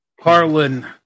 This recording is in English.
Harlan